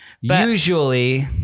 Usually